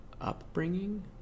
upbringing